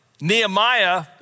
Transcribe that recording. Nehemiah